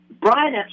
Brian